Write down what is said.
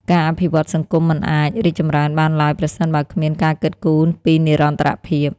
ការអភិវឌ្ឍន៍សង្គមមិនអាចរីកចម្រើនបានឡើយប្រសិនបើគ្មានការគិតគូរពីនិរន្តរភាព។